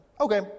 okay